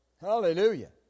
Hallelujah